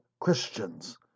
Christians